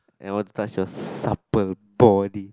and I want to touch your supper body